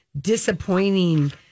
Disappointing